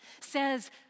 says